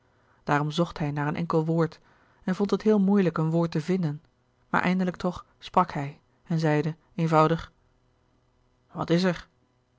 daarom zocht hij naar een enkel woord en vond het heel moeilijk een woord te vinden maar eindelijk toch sprak hij en zeide eenvoudig wat is er